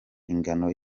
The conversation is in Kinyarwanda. ingano